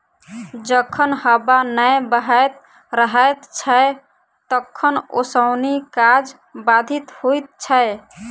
जखन हबा नै बहैत रहैत छै तखन ओसौनी काज बाधित होइत छै